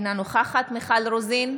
אינה נוכחת מיכל רוזין,